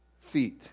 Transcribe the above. feet